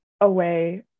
away